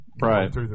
Right